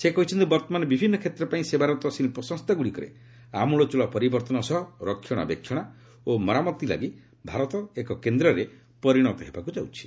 ସେ କହିଛନ୍ତି ବର୍ତ୍ତମାନ ବିଭିନ୍ନ କ୍ଷେତ୍ର ପାଇଁ ସେବାରତ ଶିକ୍ଷସଂସ୍ଥାଗୁଡ଼ିକରେ ଆମଳଚ୍ଚଳ ପରିବର୍ତ୍ତନ ସହ ରକ୍ଷଣାବେକ୍ଷଣା ଓ ମରାମତି ଲାଗି ଭାରତ ଏକ କେନ୍ଦ୍ରରେ ପରିଣତ ହେବାକୁ ଯାଉଛି